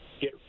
get